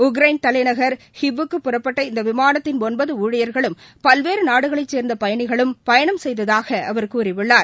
Ukraine தலைநகர் ஹிவ் க்கு புறப்பட்ட இந்த விமானத்தின் ஒன்பது ஊழியர்களும் பல்வேறு நாடுகளைச் சேர்ந்த பயணிகளும் பயணம் செய்ததாக அவர் கூறியுள்ளார்